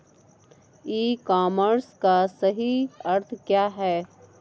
ई commerce का सही अर्थ क्या है?